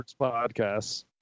podcasts